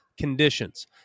conditions